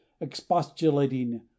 expostulating